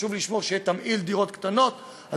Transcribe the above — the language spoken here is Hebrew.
חשוב לשמור שיהיה תמהיל עם דירות קטנות על